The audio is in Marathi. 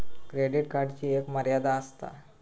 क्रेडिट कार्डची एक मर्यादा आसता